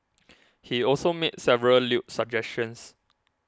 he also made several lewd suggestions